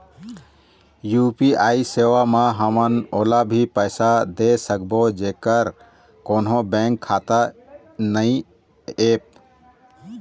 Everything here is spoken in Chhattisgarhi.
यू.पी.आई सेवा म हमन ओला भी पैसा दे सकबो जेकर कोन्हो बैंक खाता नई ऐप?